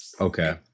Okay